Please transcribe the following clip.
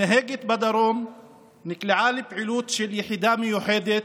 הנהגת בדרום נקלעה לפעילות של יחידה מיוחדת,